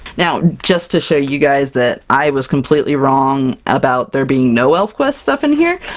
now just to show you guys that i was completely wrong about there being no elfquest stuff in here,